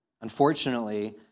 Unfortunately